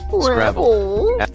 Scrabble